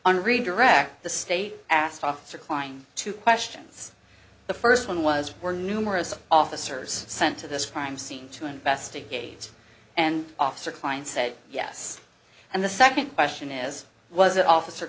on redirect the state asked officer kline two questions the first one was were numerous officers sent to this crime scene to investigate and officer klein said yes and the second question is was it officer